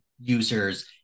users